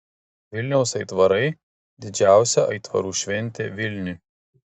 vilniaus aitvarai didžiausia aitvarų šventė vilniui